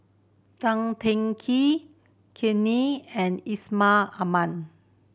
Tan Teng Kee Kam Ning and Yusman Aman